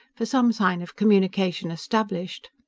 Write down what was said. for some sign of communication established.